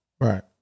Right